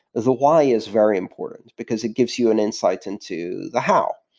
the why is very important, because it gives you an insight into the how.